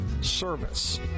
service